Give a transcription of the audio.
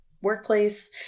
workplace